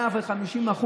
150%,